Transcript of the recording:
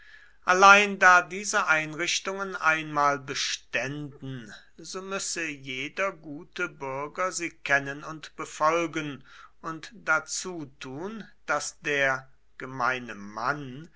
allein da diese einrichtungen einmal beständen so müsse jeder gute bürger sie kennen und befolgen und dazu tun daß der gemeine mann